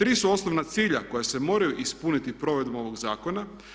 Tri su osnovna cilja koja se moraju ispuniti provedbom ovog zakona.